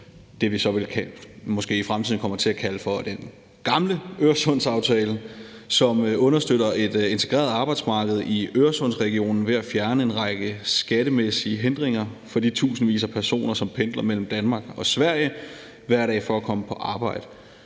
som vi måske i fremtiden kommer til at kalde for den gamle Øresundsaftale, og som understøtter et integreret arbejdsmarked i Øresundsregionen ved at fjerne en række skattemæssige hindringer for de tusindvis af personer, som pendler mellem Danmark og Sverige hver dag for at komme på arbejde.